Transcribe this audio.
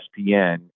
ESPN